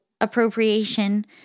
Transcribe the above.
appropriation